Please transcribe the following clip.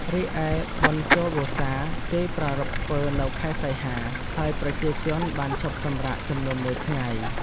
រីឯបុណ្យចូលវស្សា គេប្រារព្ធធ្វើនៅខែសីហា ហើយប្រជាជនបានឈប់សម្រាកចំនួនមួយថ្ងៃ ។